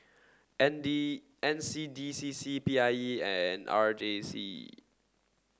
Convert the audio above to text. N D N C D C C P I E and R J C